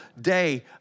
day